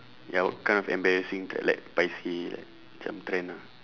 ya what kind of embarrassing tre~ like paiseh like macam trend ah